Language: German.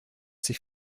sich